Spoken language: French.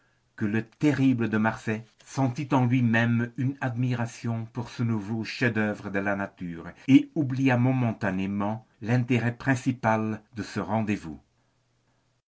que le terrible de marsay sentit en lui-même une admiration pour ce nouveau chef-d'œuvre de la nature et oublia momentanément l'intérêt principal de ce rendez-vous